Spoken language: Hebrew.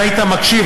אם היית מקשיב,